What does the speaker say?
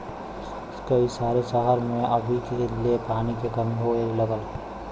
कई सारे सहर में अभी ले पानी के कमी होए लगल हौ